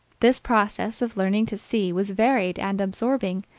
this process of learning to see was varied and absorbing,